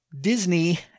Disney